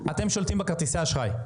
אתם שולטים על כרטיסי האשראי,